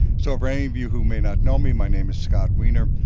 so for any of you who may not know me my name is scott weiner,